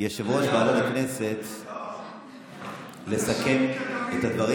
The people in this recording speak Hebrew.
יושב-ראש ועדת הכנסת לסכם את הדברים.